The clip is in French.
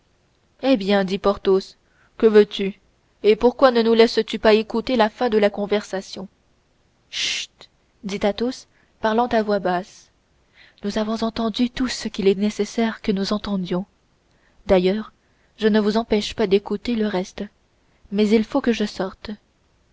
eh bien dit porthos que veux-tu et pourquoi ne nous laisses-tu pas écouter la fin de la conversation chut dit athos parlant à voix basse nous en avons entendu tout ce qu'il est nécessaire que nous entendions d'ailleurs je ne vous empêche pas d'écouter le reste mais il faut que je sorte